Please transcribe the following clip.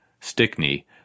Stickney